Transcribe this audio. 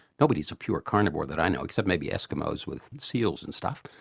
nobody is a pure carnivore that i know, except maybe eskimos with seals and stuff,